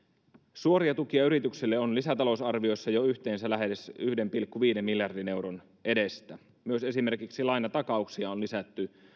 suoria tukia yrityksille on lisätalousarvioissa jo yhteensä lähes yhden pilkku viiden miljardin euron edestä myös esimerkiksi lainatakauksia on lisätty